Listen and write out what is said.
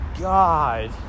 God